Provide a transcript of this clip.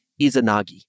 Izanagi